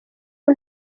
ubu